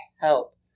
help